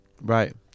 Right